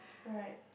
correct